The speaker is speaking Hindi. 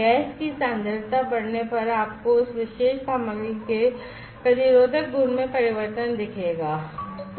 गैस की सांद्रता बढ़ने पर आपको उस विशेष सामग्री के प्रतिरोधक गुण में परिवर्तन दिखेगा है